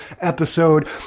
episode